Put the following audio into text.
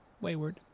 Wayward